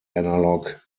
analog